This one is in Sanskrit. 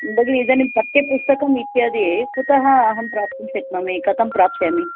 भगिनि इदानीं पाठ्यपुस्तकम् इत्यादि कुतः अहं प्राप्तुं शक्नोमि कथं प्राप्स्यामि